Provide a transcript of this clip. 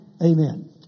Amen